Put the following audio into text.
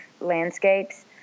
landscapes